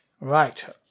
Right